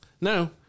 No